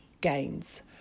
gains